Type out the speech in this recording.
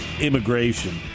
immigration